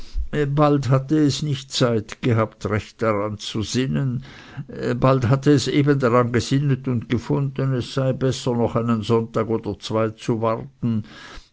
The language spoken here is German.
bald hatte es nicht zeit gehabt recht daran zu sinnen bald hatte es eben daran gesinnet und gefunden es sei besser noch einen sonntag oder zwei zu warten